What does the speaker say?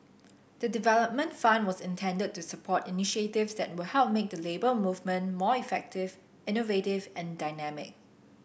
the development fund was intended to support initiatives that will help make the Labour Movement more effective innovative and dynamic